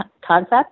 concept